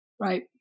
Right